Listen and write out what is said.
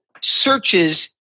searches